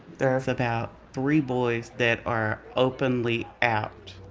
there's about three boys that are openly out,